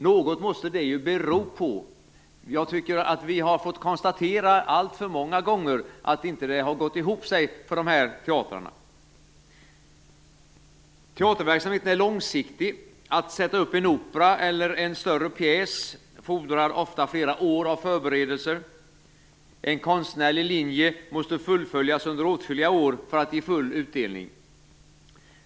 Något måste det beror på. Alltför många gånger har det inte gått ihop för dessa teatrar. Teaterverksamhet är långsiktig. Att sätta upp en opera eller en större pjäs fordrar ofta flera år av förberedelser. En konstnärlig linje måste fullföljas under många år för att den skall ge full utdelning.